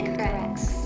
corrects